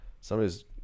Somebody's